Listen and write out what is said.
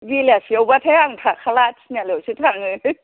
बेलासियावबाथाय आं थाखाला तिनालियावसो थाङो